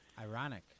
ironic